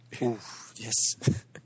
yes